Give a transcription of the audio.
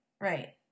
right